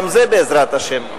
גם זה בעזרת השם,